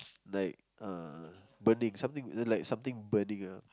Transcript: like uh burning something like something burning ah